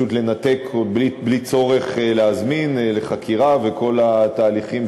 פשוט לנתק בלי צורך להזמין לחקירה וכל התהליכים